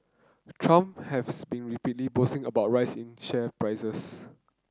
Trump has been repeatedly boasting about rise in share prices